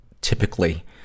typically